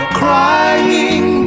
crying